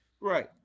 Right